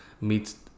meets